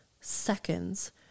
seconds